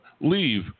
leave